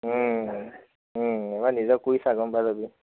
এবাৰ নিজৰ কৰি চা গম পাই যাবি